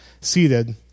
seated